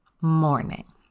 morning